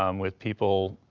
um with people,